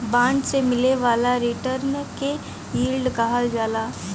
bond से मिले वाला रिटर्न के यील्ड कहल जाला